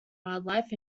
wildlife